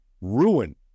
ruin